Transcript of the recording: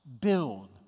build